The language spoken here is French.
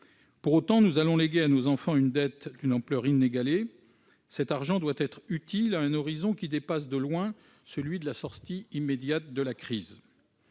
puisque nous léguerons à nos enfants une dette d'une ampleur inégalée, cet argent doit être utile à un horizon qui dépasse de loin celui de la sortie immédiate de la crise.